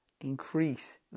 increase